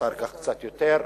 אחר כך קצת יותר,